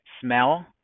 Smell